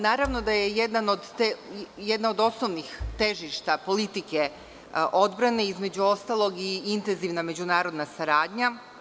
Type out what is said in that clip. Naravno da je jedan od osnovnih težišta politike odbrane između ostalog i intenzivna međunarodna saradnja.